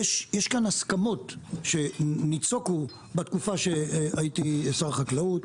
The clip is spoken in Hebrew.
יש כאן הסכמות שמיצוקו בתקופה שהייתי שר החקלאות.